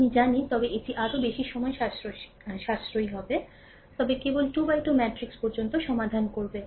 আমি জানি তবে এটি আরও বেশি সময় সাশ্রয়ী হবে তবে কেবল 2 থেকে 2 ম্যাট্রিক্স পর্যন্ত সমাধান করবে